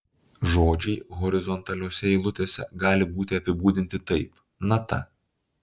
žodžiai horizontaliose eilutėse gali būti apibūdinti taip nata